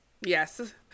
Yes